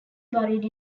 buried